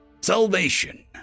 Salvation